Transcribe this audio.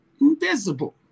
invisible